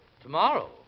Tomorrow